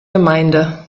gemeinde